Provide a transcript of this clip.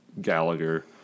Gallagher